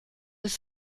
des